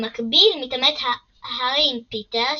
במקביל מתעמת הארי עם פיטר,